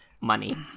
money